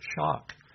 shock